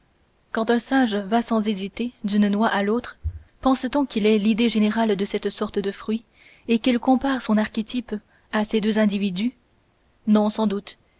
quand un singe va sans hésiter d'une noix à l'autre pense-t-on qu'il ait l'idée générale de cette sorte de fruit et qu'il compare son archétype à ces deux individus non sans doute